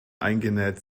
eingenäht